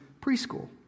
preschool